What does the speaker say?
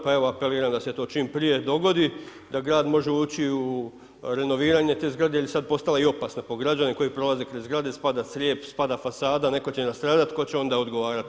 Pa evo, apeliram da se to čim prije dogodi da grad može ući u renoviranje te zgrade jer je sad postala i opasna po građane koji prolaze kraj zgrade, spada crijep, spada fasada, netko će nastradati i tko će onda odgovarati?